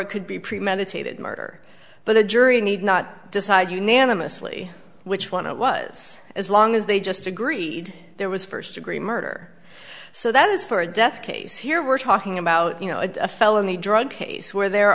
it could be premeditated murder but the jury need not decide unanimously which one it was as long as they just agreed there was first degree murder so that is for a death case here we're talking about you know a felony drug case where there